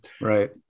right